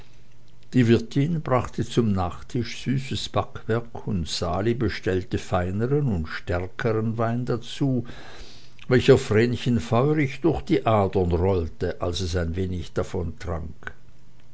die wirtin brachte zum nachtisch süßes backwerk und sali bestellte feinern und stärkern wein dazu welcher vrenchen feurig durch die adern rollte als es ein wenig davon trank